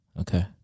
Okay